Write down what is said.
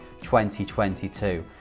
2022